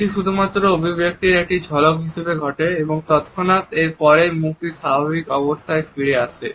এটি শুধুমাত্র অভিব্যক্তির একটি ঝলক হিসেবে ঘটে এবং তৎক্ষণাৎ এর পরেই মুখটি স্বাভাবিক অবস্থায় ফিরে আসে